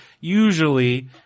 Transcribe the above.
usually